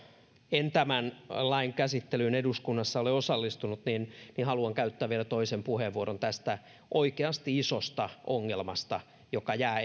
en tämän lain käsittelyyn eduskunnassa ole osallistunut niin niin haluan käyttää vielä toisen puheenvuoron tästä oikeasti isosta ongelmasta joka jää